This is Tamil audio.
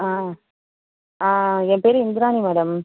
ஆ என் பேரு இந்திராணி மேடம்